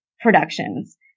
productions